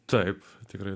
taip tikrai